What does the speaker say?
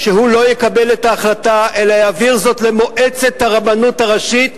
שהוא לא יקבל את ההחלטה אלא יעביר זאת למועצת הרבנות הראשית,